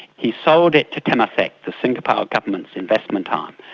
he sold it to temasek, the singapore government's investment arm,